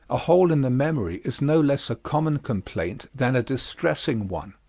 a hole in the memory is no less a common complaint than a distressing one.